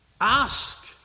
Ask